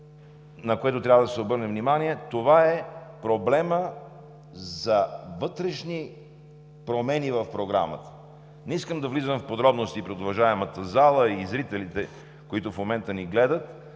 на което трябва да се обърне внимание, е проблемът за вътрешни промени в Програмата. Не искам да влизам в подробности пред уважаемата зала и зрителите, които в момента ни гледат,